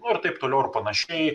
nu ir taip toliau ir panašiai